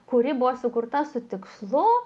kuri buvo sukurta su tikslu